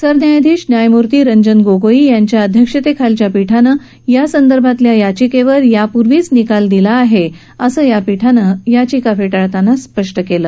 सरन्यायाधीश न्यायमूर्ती रंजन गोगोई यांच्या अध्यक्षतेखालच्या पीठानंही यासंदर्भातल्या याचिकेवर यापूर्वीच निकाल दिला आहे असं पीठानं याचिका फेटाळताना स्पष्ट केलं